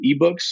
eBooks